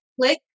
click